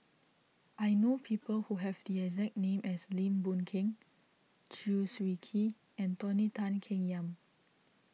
I know people who have the exact name as Lim Boon Keng Chew Swee Kee and Tony Tan Keng Yam